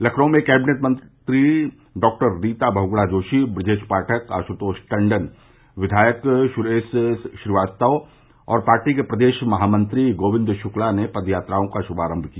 लखनऊ में कैबिनेट मंत्री डॉक्टर रीता बहुगुणा जोशी बृजेश पाठक आशुतोष टंडन विघायक सुरेश श्रीवास्तव और पार्टी के प्रदेश महामंत्री गोविन्द शुक्ला ने पर प्रदयात्रओं का शुमारम्म किया